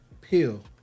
Pill